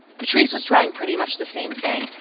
petraeus was trying pretty much the same thing,